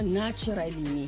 naturally